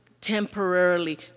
temporarily